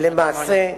למעשה,